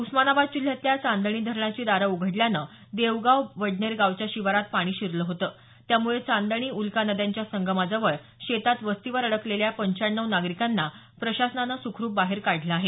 उस्मानाबाद जिल्ह्यातल्या चांदणी धरणाची दारं उघडल्यानं देवगाव वडनेर गावाच्या शिवारात पाणी शिरलं होतं त्यामुळे चांदणी उल्का नद्यांच्या संगमाजवळ शेतात वस्तीवर अडकलेल्या पंच्याण्णव नागरिकांना प्रशासनानं सुखरुप बाहेर काढलं आहे